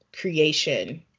creation